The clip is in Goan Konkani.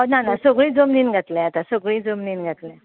ना ना सगलीं जमनीन घातल्या आतां सगलीं जमनीन घातल्या